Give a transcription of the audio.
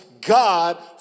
God